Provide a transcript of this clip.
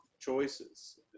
choices